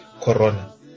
corona